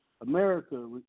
America